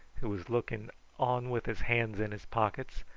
who was looking on with his hands in his pockets,